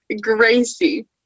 Gracie